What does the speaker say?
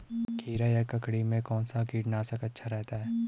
खीरा या ककड़ी में कौन सा कीटनाशक अच्छा रहता है?